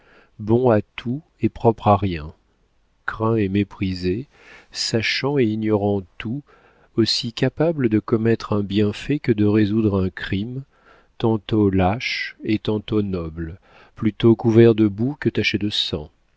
bon à tout et propre à rien craint et méprisé sachant et ignorant tout aussi capable de commettre un bienfait que de résoudre un crime tantôt lâche et tantôt noble plutôt couvert de boue que taché de sang